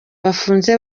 bafunze